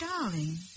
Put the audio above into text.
Darling